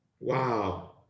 wow